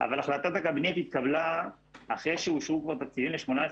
אבל החלטת הקבינט התקבלה אחרי שאושרו כבר תקציבים ל-18'